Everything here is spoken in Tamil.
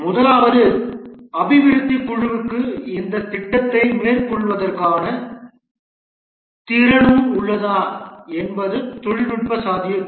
முதலாவது அபிவிருத்தி குழுவுக்கு இந்த திட்டத்தை மேற்கொள்வதற்கான திறனும் திறனும் உள்ளதா என்பது தொழில்நுட்ப சாத்தியக்கூறு